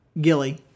Gilly